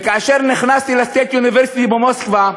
וכאשר נכנסתי ל-State University במוסקבה,